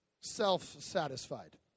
self-satisfied